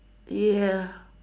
ya